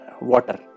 water